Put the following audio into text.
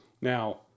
Now